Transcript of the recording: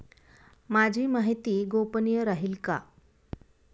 माझी माहिती गोपनीय राहील का?